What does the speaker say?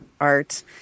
art